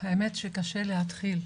האמת שקשה להתחיל.